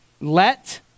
let